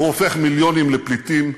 הוא הופך מיליונים לפליטים,